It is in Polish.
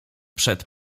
przed